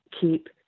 keep